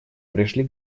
пришли